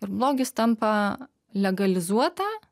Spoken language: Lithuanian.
ir blogis tampa legalizuota